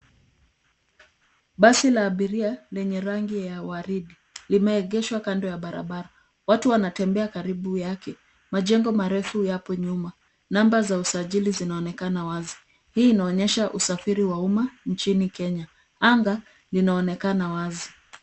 Basi la abiria lenye rangi ya wridi yameegeshwa kando ya barabara. Watu wanatembea karibu yake. Majengo marefu yapo nyuma. Namba za usajili zinaonekana wazi. Hii inaonyesha usafiri wa umma jijini Kneya. Anga linaonekana wazi.